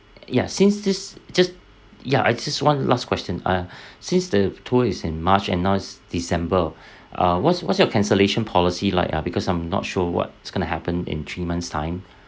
ya since this just ya I just one last question uh since the tour is in march and now is december uh what's what's your cancellation policy like ah because I'm not sure what's going to happen in three months' time